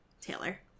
Taylor